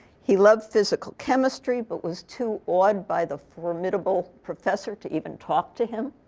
he loved physical chemistry but was too awed by the formidable professor to even talk to him.